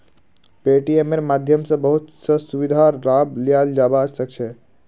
पेटीएमेर माध्यम स बहुत स सुविधार लाभ लियाल जाबा सख छ